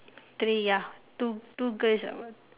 three ya two two girls ah what